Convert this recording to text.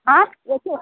हाँ एसी